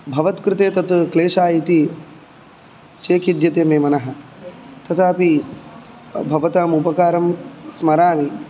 भवत्कृते तत् क्लेश इति चेकिद्यते मे मनः तथापि भवताम् उपकारं स्मरामि